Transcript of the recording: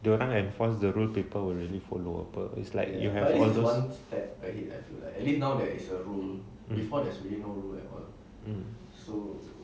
dia orang enforce the rule people will really follow apa it's like you have all those mm mm